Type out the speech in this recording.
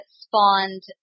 spawned